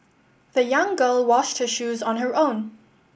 the young girl washed her shoes on her own